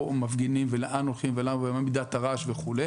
מפגינים ולאן הולכים ומה מידת הרעש וכו'.